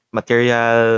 material